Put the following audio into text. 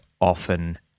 often